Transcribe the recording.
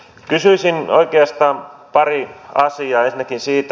kysyisin oikeastaan parista asiasta